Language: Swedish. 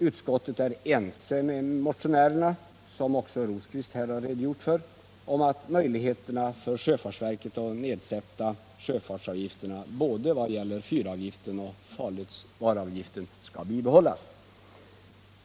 Utskottet är ense med motionärerna, vilket Birger Rosqvist också har redogjort för om att möjligheterna för sjöfartsverket att nedsätta sjö fartsavgifterna vad gäller såväl fyravgiften som farledsvaruavgiften skall Nr 53 bibehållas.